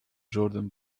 jordan